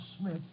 Smith